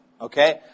Okay